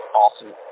awesome